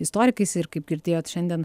istorikais ir kaip girdėjot šiandien